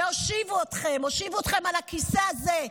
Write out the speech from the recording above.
שהושיבו אתכם על הכיסא הזה,